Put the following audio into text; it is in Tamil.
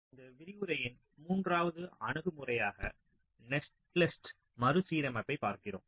இந்த விரிவுரையின் மூன்றாவது அணுகுமுறையாக நெட்லிஸ்ட் மறுசீரமைப்பைப் பார்க்கிறோம்